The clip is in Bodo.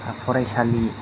फरायसालि